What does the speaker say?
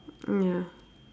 mm ya